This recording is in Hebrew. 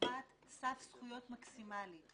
קובעת סף זכויות מקסימאלי.